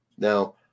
Now